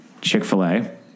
Chick-fil-A